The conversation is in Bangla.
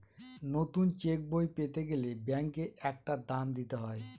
নতুন চেকবই পেতে গেলে ব্যাঙ্কে একটা দাম দিতে হয়